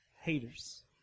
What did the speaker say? haters